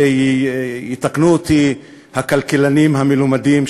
ויתקנו אותי הכלכלנים המלומדים,